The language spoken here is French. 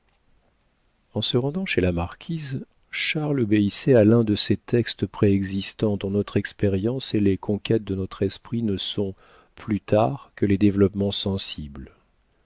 en se rendant chez la marquise charles obéissait à l'un de ces textes préexistants dont notre expérience et les conquêtes de notre esprit ne sont plus tard que les développements sensibles